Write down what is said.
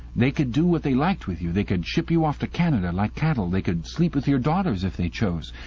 they could do what they liked with you. they could ship you off to canada like cattle. they could sleep with your daughters if they chose.